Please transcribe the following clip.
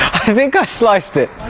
i think i sliced it!